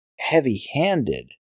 heavy-handed